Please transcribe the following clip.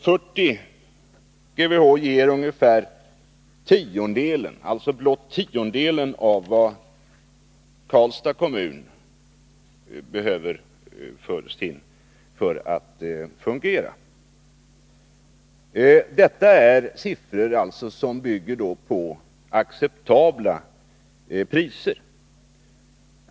40 GWh ger blott tiondelen av vad exempelvis Karlstads kommun behöver för att fungera. Detta är energisiffror som bygger på acceptabla priser.